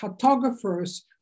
cartographers